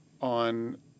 on